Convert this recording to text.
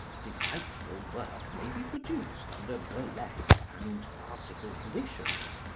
delightful work may be produced under burlesque and farcical conditions,